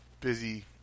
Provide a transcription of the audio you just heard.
busy